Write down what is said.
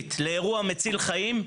משטרתית באירוע מציל חיים,